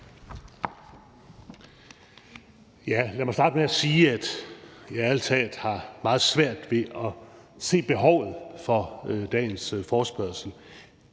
Lad mig starte med at sige, at jeg ærlig talt har meget svært ved at se behovet for dagens forespørgsel,